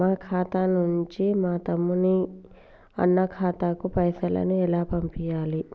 మా ఖాతా నుంచి మా తమ్ముని, అన్న ఖాతాకు పైసలను ఎలా పంపియ్యాలి?